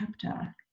chapter